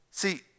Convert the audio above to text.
See